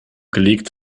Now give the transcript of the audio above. gelegt